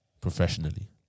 professionally